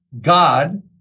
God